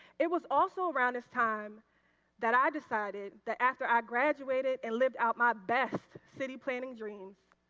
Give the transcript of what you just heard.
it was also around this time that i decided that after i graduated and lived out my best city planning dream,